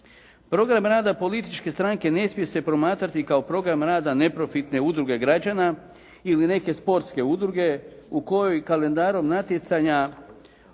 Program rada političke stranke ne smije se promatrati kao program rada neprofitne udruge građana ili neke sportske udruge u kojoj kalendarom natjecanja